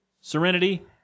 Serenity